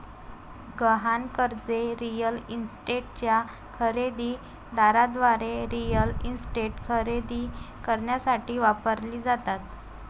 गहाण कर्जे रिअल इस्टेटच्या खरेदी दाराद्वारे रिअल इस्टेट खरेदी करण्यासाठी वापरली जातात